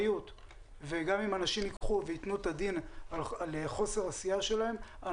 ואם אנשים יתנו את הדין על חוסר עשייה שלהם,